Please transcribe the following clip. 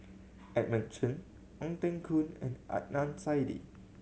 Edmund Chen Ong Teng Koon and Adnan Saidi